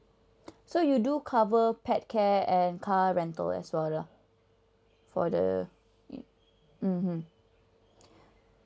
so you do cover pet care and car rental as well lah for the mm hmm